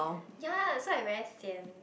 ya so I very sian